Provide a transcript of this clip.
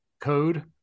code